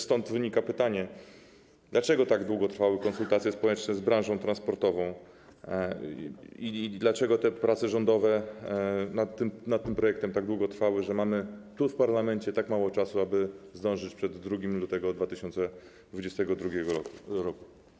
Stąd wynika pytanie: Dlaczego tak długo trwały konsultacje społeczne z branżą transportową i dlaczego prace rządowe nad tym projektem tak długo trwały, że mamy tu, w parlamencie, tak mało czasu, aby zdążyć przed 2 lutego 2022 r.